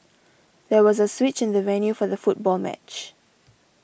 there was a switch in the venue for the football match